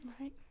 Right